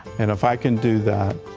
and if i can do that,